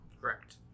Correct